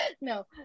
No